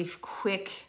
quick